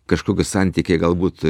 kažkokius santykiai galbūt